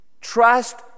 Trust